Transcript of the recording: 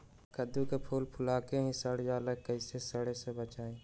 कददु के फूल फुला के ही सर जाला कइसे सरी से बचाई?